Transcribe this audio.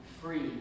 free